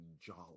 jolly